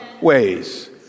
ways